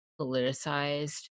politicized